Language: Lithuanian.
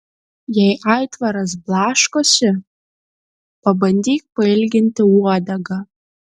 jei aitvaras blaškosi pabandyk pailginti uodegą